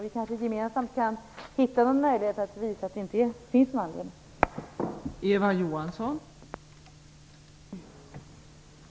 Vi kanske gemensamt kan hitta någon möjlighet att visa att det inte finns någon anledning till oro.